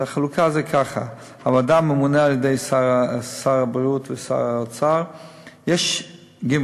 הוועדה ממונה על-ידי שר הבריאות ושר האוצר, ג.